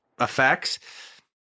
effects